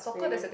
really meh